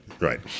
right